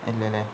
ഇല്ല അല്ലെ